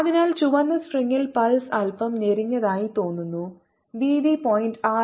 അതിനാൽ ചുവന്ന സ്ട്രിംഗിൽ പൾസ് അല്പം ഞെരിഞ്ഞതായി തോന്നുന്നു വീതി 0